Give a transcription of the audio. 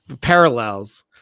parallels